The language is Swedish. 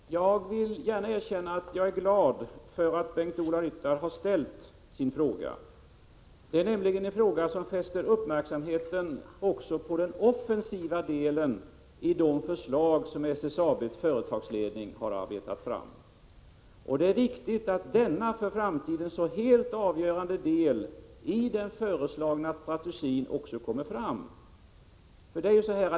Fru talman! Jag vill gärna erkänna att jag är glad över att Bengt-Ola Ryttar har ställt sin fråga. Det är nämligen en fråga som fäster uppmärksamheten också vid den offensiva delen av de förslag som SSAB:s företagsledning har arbetat fram. Det är viktigt att denna för framtiden så helt avgörande del i den föreslagna strategin också kommer fram.